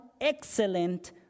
excellent